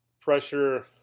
pressure